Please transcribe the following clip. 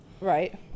right